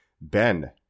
Ben